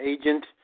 agent